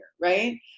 right